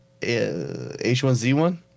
H1Z1